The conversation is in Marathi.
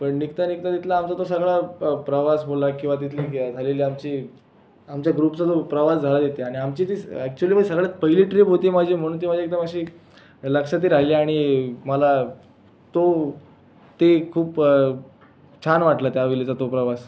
पण निघता निघता तिथला आमचा तो सगळा प्रवास बोला किंवा तिथली झालेली आमची आमच्या ग्रुपचा जो प्रवास झाला तिथे आणि आमची जी ॲक्चुअली म्हणजे सगळ्यात पहिली ट्रीप होती माझी म्हणून ती माझी एकदम अशी एक लक्षातही राहिली आणि मला तो ते खूप छान वाटलं त्या वेळीचा तो प्रवास